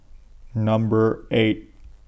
Number eight